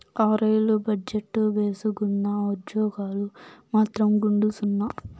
ఆ, రైలు బజెట్టు భేసుగ్గున్నా, ఉజ్జోగాలు మాత్రం గుండుసున్నా